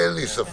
אין לי ספק.